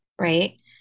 right